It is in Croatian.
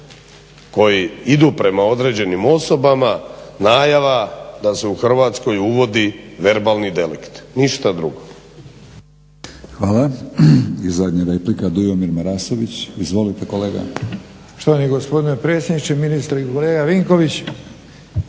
koji idu prema određenim osobama najavama da se u Hrvatskoj uvodi verbalni delikt. Ništa drugo.